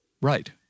Right